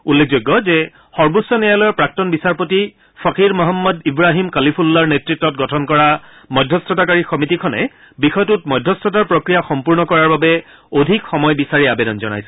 উল্লেখযোগ্য যে সৰ্বোচ্চ ন্যায়ালয়ৰ প্ৰাক্তন বিচাৰপতি ফকীৰ মহম্মদ ইব্ৰাহিম কালিফুল্লাৰ নেততত গঠন কৰা মধ্যস্থতাকাৰী সমিতিখনে বিষয়টোত মধ্যস্থতাৰ প্ৰক্ৰিয়া সম্পূৰ্ণ কৰাৰ বাবে অধিক সময় বিচাৰি আবেদন জনাইছিল